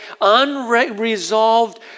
unresolved